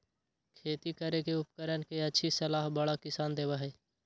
खेती करे के उपकरण के अच्छी सलाह बड़ा किसान देबा हई